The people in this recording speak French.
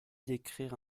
d’écrire